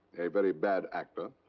a very bad actor. ah,